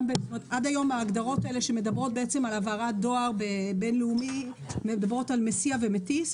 עד היום ההגדרות האלה בהעברת דואר בין-לאומי מדברות על מסיע ומטיס,